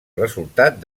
resultat